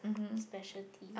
specialty